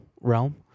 realm